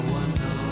one